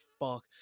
fuck